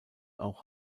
auch